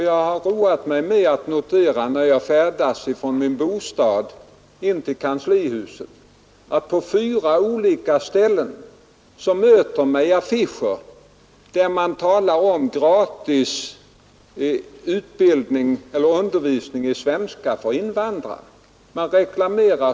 Jag har roat mig med att notera, när jag färdas från min bostad in till kanslihuset, att på fyra olika ställen möter mig affischer där det talas om gratisundervisning i svenska för invandrare.